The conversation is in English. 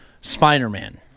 Spider-Man